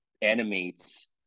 animates